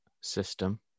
system